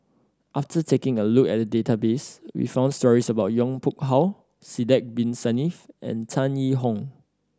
after taking a look at the database we found stories about Yong Pung How Sidek Bin Saniff and Tan Yee Hong